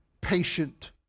patient